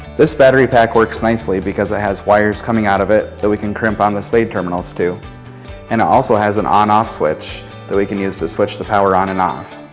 this battery pack works nicely because it has wires coming out of it that we can crimp um out spade terminals to and it also has an on off switch that we can use to switch the power on and off.